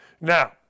Now